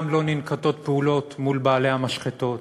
לא ננקטות פעולות מול בעלי המשחטות,